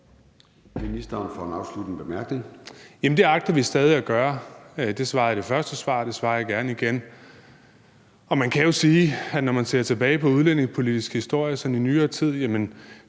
det agter vi stadig at gøre. Det svarede jeg i mit første svar, og det svarer jeg gerne igen. Og man kan jo sige, når man ser tilbage på den udlændingepolitiske historie sådan i nyere tid,